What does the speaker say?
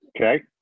Okay